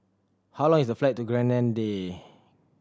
how long is the flight to Grenada